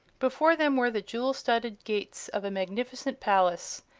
before them were the jewel-studded gates of a magnificent palace,